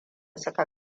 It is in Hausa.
suka